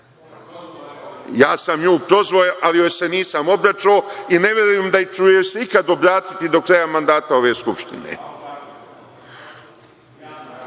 sam nju prozvao, ali joj se nisam obraćao i ne verujem da ću joj se ikada obratiti do kraja mandata ove Skupštine. Evo,